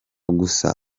gusa